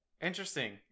interesting